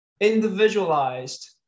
individualized